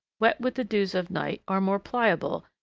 wet with the dews of night, are more pliable,